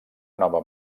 nova